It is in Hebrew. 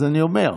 אז אני אומר,